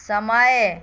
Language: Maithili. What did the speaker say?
समय